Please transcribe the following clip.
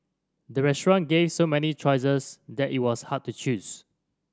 the restaurant gave so many choices that it was hard to choose